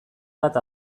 bat